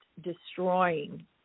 destroying